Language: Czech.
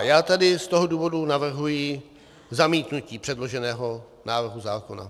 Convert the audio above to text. Já tady z toho důvodu navrhuji zamítnutí předloženého návrhu zákona.